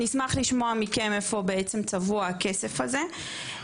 אני אשמח לשמוע מכם איפה בעצם צבוע הכסף הזה?